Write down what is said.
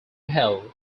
hell